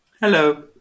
Hello